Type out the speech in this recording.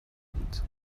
بود